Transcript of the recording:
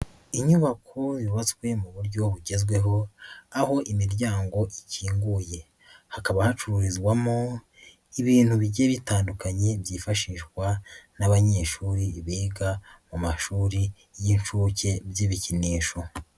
Inyubako yubatswe mu buryo bugezweho, aho imiryango ikinguye, hakaba hacururizwamo ibintu bigiye bitandukanye, byifashishwa n'abanyeshuri biga mu mashuri y'inshuke by'ibikinisho.